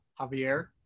Javier